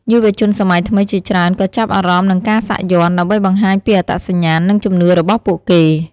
យុវជនសម័យថ្មីជាច្រើនក៏ចាប់អារម្មណ៍នឹងការសាក់យ័ន្ត ដើម្បីបង្ហាញពីអត្តសញ្ញាណ និងជំនឿរបស់ពួកគេ។